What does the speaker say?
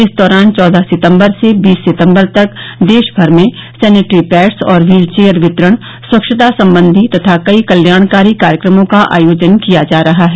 इस दौरान चौदह सितम्बर से बीस सितम्बर तक देशभर में सैनेट्री पैड्स और हील चेयर वितरण स्वच्छता संबंधी तथा कई कल्याणकारी कार्यक्रमों का आयोजन किया जा रहा है